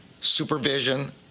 supervision